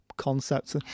Concepts